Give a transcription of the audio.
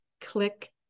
click